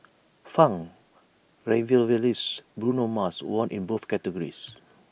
funk revivalist Bruno Mars won in both categories